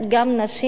גם נשים,